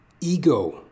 ego